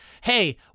hey